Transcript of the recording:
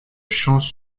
champs